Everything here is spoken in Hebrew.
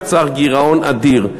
נוצר גירעון אדיר.